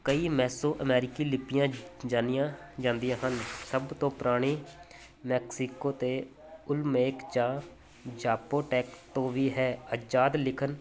ਕਈ ਮੈਸੋਅਮੈਰੀਕੀ ਲਿਪੀਆਂ ਜਾਣੀਆਂ ਜਾਂਦੀਆਂ ਹਨ ਸਭ ਤੋਂ ਪੁਰਾਣੀ ਮੈਕਸਿਕੋ ਅਤੇ ਉਲਮੇਕ ਚਾਹ ਜਾਪੋ ਟੈਕ ਤੋਂ ਵੀ ਹੈ ਆਜ਼ਾਦ ਲਿਖਣ